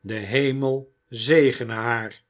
de hemel zegene haar